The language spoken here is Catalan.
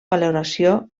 valoració